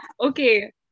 Okay